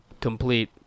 complete